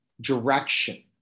direction